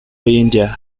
india